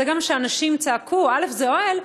וזה גם מה שאנשים צעקו: אל"ף זה אוהל,